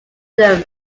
them